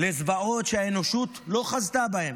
לזוועות שהאנושות לא חזתה בהן.